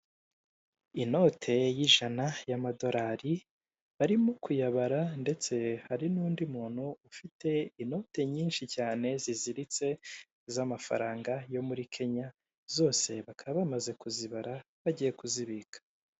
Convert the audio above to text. Inote y'ijana y'amadorari barimo, kuyabara ndetse hari n'undi muntu ufite inote nyinshi cyane ziziritse z'amafaranga yo muri kenya, zose bakaba bamaze kuzibara bagiye kuzibika.